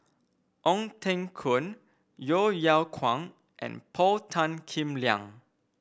Ong Teng Koon Yeo Yeow Kwang and Paul Tan Kim Liang